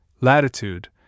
latitude